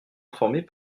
informés